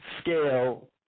scale